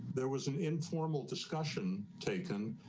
there was an informal discussion taken,